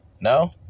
No